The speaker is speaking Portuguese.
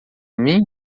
mim